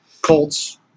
Colts